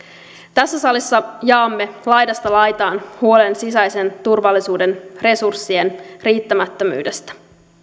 tässä salissa jaamme laidasta laitaan huolen sisäisen turvallisuuden resurssien riittämättömyydestä